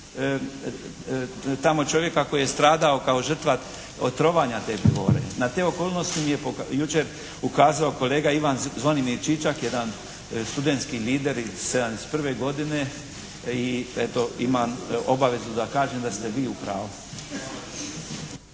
tamo čovjeka koji je stradao kao žrtva od trovanja te pivovare. Na te okolnosti mi je jučer ukazao kolega Ivan Zvonimir Čičak, jedan studentski lider iz '71. godine i eto, imam obavezu da kažem da ste vi u pravu.